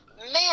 Man